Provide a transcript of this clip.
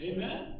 Amen